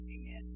Amen